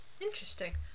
Interesting